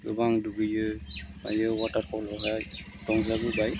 गोबां दुगैयो वाथारफलावहाय रंजाबोबोबाय